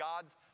God's